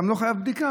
הוא גם לא חייב בדיקה.